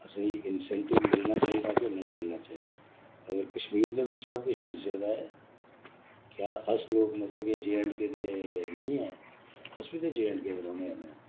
असेंगी इंसैनटिव मिलना चाहिदा के नेईं मिलना चाहिदा अगर कश्मीर दा बिच्च सब किश मिली सकदा ऐ क्य़ा अस लोक मतलब के जे एण्ड के दे नेईं ऐं अस बी ते जे एण्ड के रौंह्ने आह्ले आं